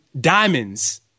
Diamonds